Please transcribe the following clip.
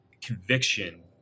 conviction